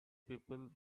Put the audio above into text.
people